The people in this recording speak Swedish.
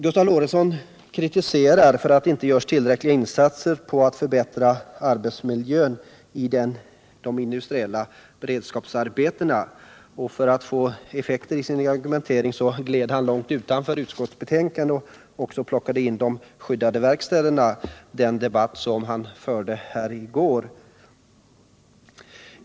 Gustav Lorentzon kritiserade att det inte görs tillräckliga insatser för att förbättra arbetsmiljön i de industriella beredskapsarbetena. För att få effekt i sin argumentering gled han långt utanför utskottsbetänkandet och plockade också in de skyddade verkstäderna — den debatt som vi förde här i går.